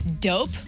dope